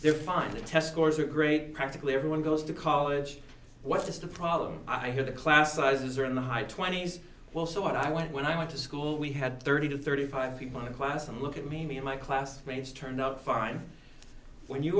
final test scores are great practically everyone goes to college what is the problem i hear the class sizes are in the high twenty's well so i went when i went to school we had thirty to thirty five people in a class and look at me me and my classmates turned out fine when you